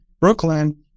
Brooklyn